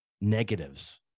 negatives